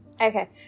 Okay